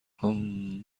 هومممم